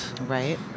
Right